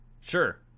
Sure